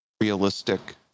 realistic